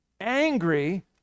angry